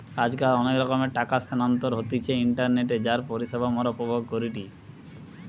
আজকাল অনেক রকমের টাকা স্থানান্তর হতিছে ইন্টারনেটে যার পরিষেবা মোরা উপভোগ করিটি